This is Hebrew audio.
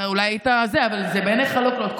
הרי אולי היית, בעיניך זה לא קללות.